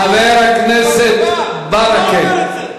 חבר הכנסת ברכה,